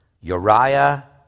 Uriah